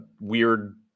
weird